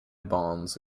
bonds